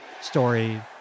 story